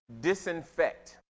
disinfect